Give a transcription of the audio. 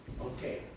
Okay